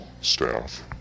staff